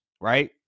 right